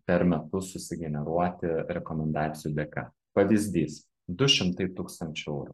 per metus susigeneruoti rekomendacijų dėka pavyzdys du šimtai tūkstančių eurų